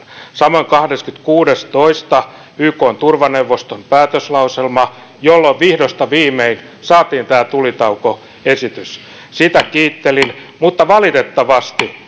samoin kahdeskymmeneskuudes toista ykn turvaneuvoston päätöslauselma jolloin vihdosta viimein saatiin tämä tulitaukoesitys sitä kiittelin mutta valitettavasti